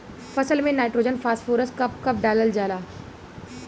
फसल में nitrogen phosphorus कब कब डालल जाला?